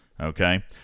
Okay